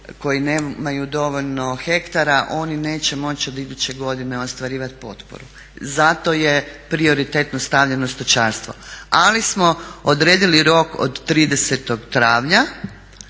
koji nemaju dovoljno hektara oni neće moći od iduće godine ostvarivati potporu. Zato je prioritetno stavljeno stočarstvo. Ali smo odredili rok od 30. travnja